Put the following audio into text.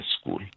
school